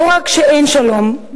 לא רק שאין שלום,